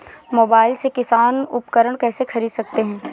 Mobile से किसान उपकरण कैसे ख़रीद सकते है?